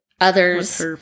others